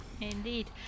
indeed